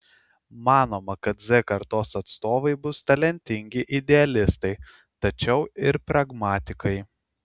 manoma kad z kartos atstovai bus talentingi idealistai tačiau ir pragmatikai